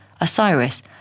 Osiris